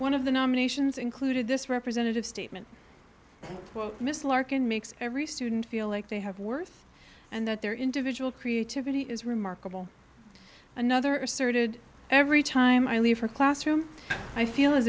one of the nominations included this representative statement quote miss larkin makes every student feel like they have worth and that their individual creativity is remarkable another asserted every time i leave her classroom i feel as